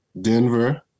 Denver